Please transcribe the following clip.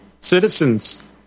citizens